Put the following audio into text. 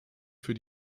für